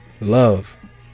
love